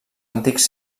antics